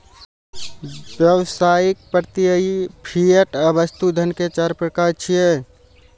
व्यावसायिक, प्रत्ययी, फिएट आ वस्तु धन के चार प्रकार छियै